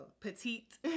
petite